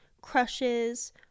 crushes